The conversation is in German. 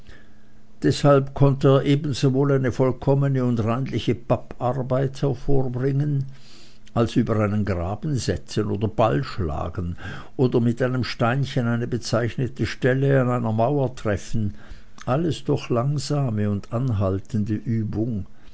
deshalb konnte er ebensowohl eine vollkommene und reinliche papparbeit hervorbringen als über einen graben setzen oder ball schlagen oder mit einem steinchen eine bezeichnete stelle an einer mauer treffen alles durch langsame und anhaltende übung